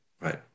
Right